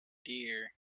dear